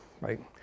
right